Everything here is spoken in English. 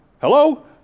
Hello